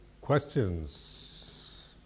questions